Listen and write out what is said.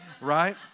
right